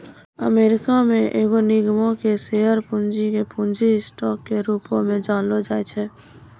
America मे एगो निगमो के शेयर पूंजी के पूंजी स्टॉक के रूपो मे जानलो जाय छै